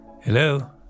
Hello